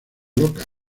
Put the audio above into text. loca